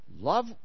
Love